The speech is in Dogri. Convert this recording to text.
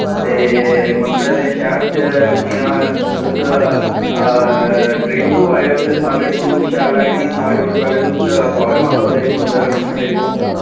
ते मंदरें दे शैह्र च जि'यां तुस ट्रेन तु आए ओ ते साढ़े कोलो शैल ऐ की सारें कोलो पैह्ले तुस बावे माता दे मंदर मत्था टेको